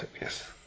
yes